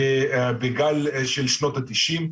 בגל העלייה של שנות התשעים.